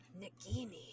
Nagini